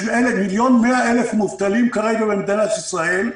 יש מיליון ומאה אלף מובטלים כרגע במדינת ישראל.